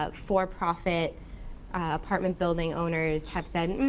ah for profit apartment building owners have said,